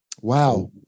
Wow